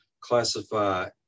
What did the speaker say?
classify